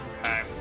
Okay